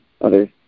others